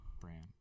brand